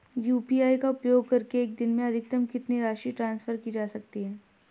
UPI का उपयोग करके एक दिन में अधिकतम कितनी राशि ट्रांसफर की जा सकती है?